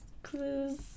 clues